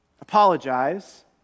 Apologize